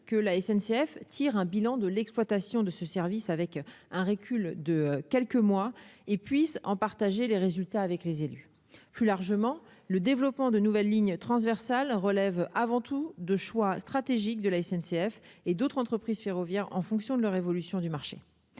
que la SNCF tire un bilan de l'exploitation de ce service, avec un recul de quelques mois et puis s'en partager les résultats avec les élus, plus largement, le développement de nouvelles lignes transversales relève avant tout de choix stratégiques de la SNCF et d'autres entreprises ferroviaires en fonction de leur évolution du marché